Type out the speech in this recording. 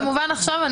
כמובן נחשוב,